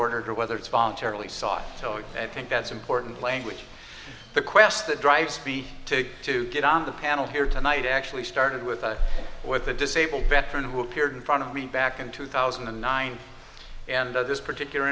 ordered or whether it's voluntarily sought so i think that's important language the quest that drives people to to get on the panel here tonight actually started with us with a disabled veteran who appeared in front of me back in two thousand and nine this particular